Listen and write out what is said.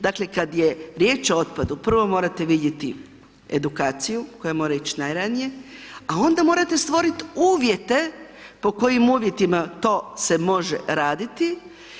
Dakle kada je riječ o otpadu prvo morate vidjeti edukaciju koja mora ii najranije a onda morate stvoriti uvjete pod kojim uvjetima to se može raditi.